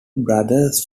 brothers